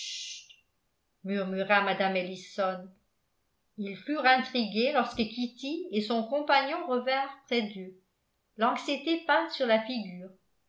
murmura mme ellison ils furent intrigués lorsque kitty et son compagnon revinrent près d'eux l'anxiété peinte sur la figure